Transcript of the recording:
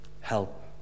help